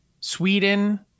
Sweden